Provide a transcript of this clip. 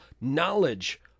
knowledge